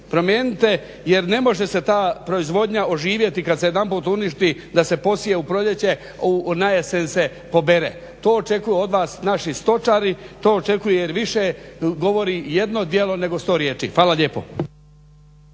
promijenite jer ne može se ta proizvodnja oživjeti kad se jedanput uništi da se posije u proljeće, najesen se pobere. To očekuju vaši stočari, to očekuje jer više govori jedno djelo nego sto riječi. Hvala lijepo.